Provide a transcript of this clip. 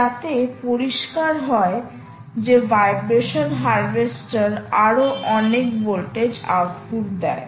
যাতে পরিষ্কার হয় যে ভাইব্রেশন হারভেস্টার আরও অনেক ভোল্টেজ আউটপুট দেয়